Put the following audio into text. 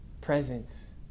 presence